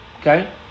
okay